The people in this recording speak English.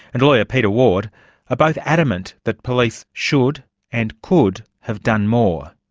and lawyer peter ward are both adamant that police should and could have done more.